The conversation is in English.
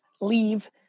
leave